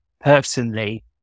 personally